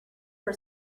her